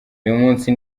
munsi